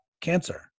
cancer